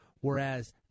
Whereas